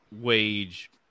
wage